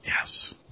Yes